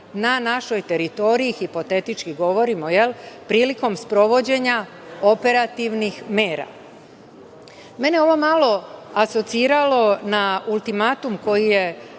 na našoj teritoriji, hipotetički govorimo, prilikom sprovođenja operativnih mera? Mene je ovo malo asociralo na ultimatum koji je